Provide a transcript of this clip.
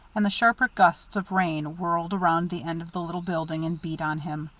and the sharper gusts of rain whirled around the end of the little building and beat on him.